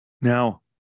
Now